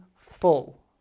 full